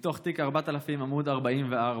מתוך תיק 4000, עמ' 44,